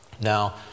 Now